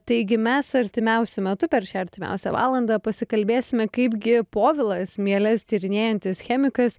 taigi mes artimiausiu metu per šią artimiausią valandą pasikalbėsime kaipgi povilas mieles tyrinėjantis chemikas